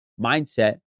mindset